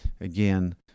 again